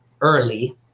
early